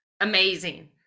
amazing